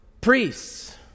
priests